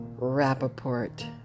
Rappaport